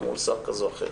או מול שר כזה או אחר